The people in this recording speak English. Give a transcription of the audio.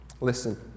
Listen